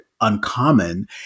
uncommon